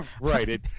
Right